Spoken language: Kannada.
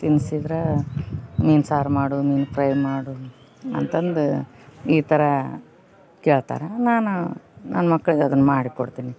ತಿನ್ಸಿದ್ರ ಮೀನು ಸಾರು ಮಾಡು ಮೀನು ಫ್ರೈ ಮಾಡು ಅಂತಂದು ಈ ಥರ ಕೇಳ್ತಾರೆ ನಾನು ನನ್ನ ಮಕ್ಳಿಗೆ ಅದನ್ನ ಮಾಡಿ ಕೊಡ್ತೀನಿ